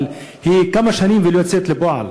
אבל היא קיימת כמה שנים ולא יוצאת לפועל.